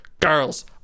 girls